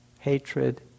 Hatred